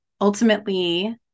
ultimately